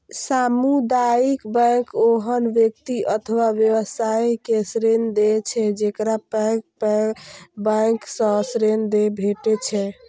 सामुदायिक बैंक ओहन व्यक्ति अथवा व्यवसाय के ऋण दै छै, जेकरा पैघ बैंक सं ऋण नै भेटै छै